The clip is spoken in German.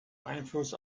einfluss